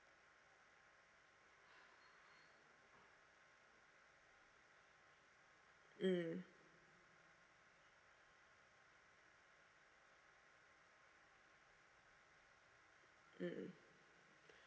mm mm mm